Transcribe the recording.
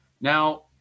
Now